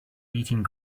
eating